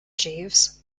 jeeves